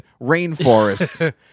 rainforest